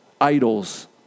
idols